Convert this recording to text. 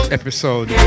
episode